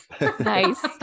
Nice